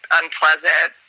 unpleasant